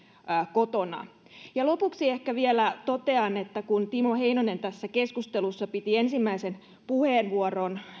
kotona ja lopuksi ehkä vielä totean kun timo heinonen tässä keskustelussa piti ensimmäisen puheenvuoron